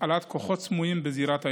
הפעלת כוחות סמויים בזירת האירוע,